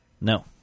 No